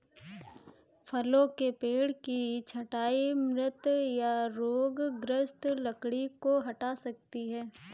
फलों के पेड़ की छंटाई मृत या रोगग्रस्त लकड़ी को हटा सकती है